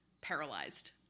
paralyzed